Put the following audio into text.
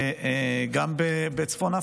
גם בצפון אפריקה.